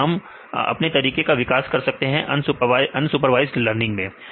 तो हम अपने तरीके का विकास कर सकते हैं अनसुपरवाइज्ड लर्निंग मैं